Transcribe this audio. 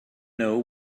know